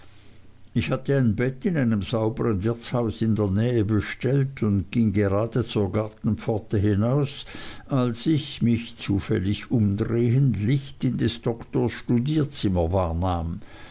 ich hatte ein bett in einem saubern wirtshaus in der nähe bestellt und ging gerade zur gartenpforte hinaus als ich mich zufällig umdrehend licht in des doktors studierzimmer wahrnahm